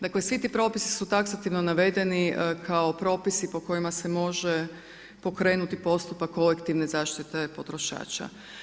Dakle, svi ti propisi su taksativno navedeni kao propisi po kojima se može pokrenuti postupak kolektivne zaštite potrošača.